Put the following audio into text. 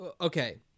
okay